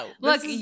look